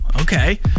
okay